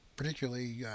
particularly